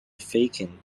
vacant